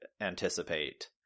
anticipate